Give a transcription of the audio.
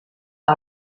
que